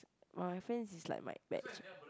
my friend is like my batch